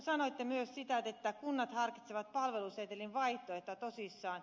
sanoitte myös että kunnat harkitsevat palvelusetelin vaihtoehtoa tosissaan